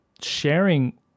sharing